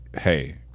hey